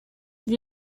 wie